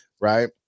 right